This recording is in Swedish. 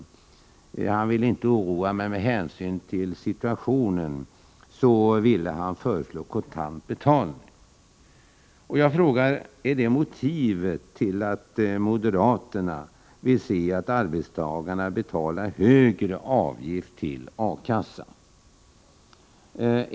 Han ville inte oroa, men med hänsyn till situationen ville han föreslå kontant betalning. Jag frågar: Är det motivet till att moderaterna vill se att arbetstägarna betalar högre avgift till A-kassan?